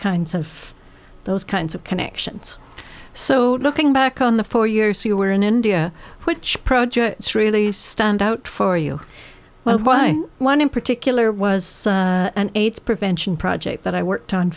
kinds of those kinds of connections so looking back on the four years you were in india which projects really stand out for you well why one in particular was an aids prevention project that i worked on